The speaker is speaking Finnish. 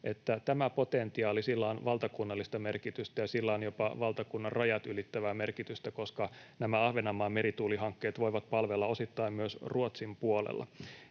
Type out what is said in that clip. tällä potentiaalilla on valtakunnallista merkitystä ja sillä on jopa valtakunnanrajat ylittävää merkitystä, koska nämä Ahvenanmaan merituulihankkeet voivat palvella osittain myös Ruotsin puolella.